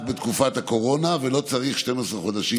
בתקופת הקורונה ולא צריך 12 חודשים,